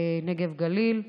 השר לפיתוח הנגב והגליל,